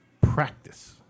practice